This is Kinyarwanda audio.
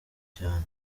cyane